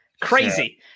Crazy